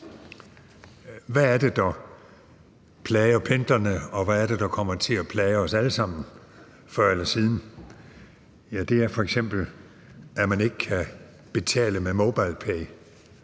Hvad er det, der plager pendlerne, og hvad er det, der kommer til at plage os alle sammen før eller siden? Ja, det er f.eks., at man ikke kan betale med MobilePay